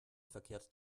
verkehrt